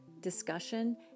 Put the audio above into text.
discussion